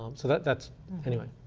um so that's anyway.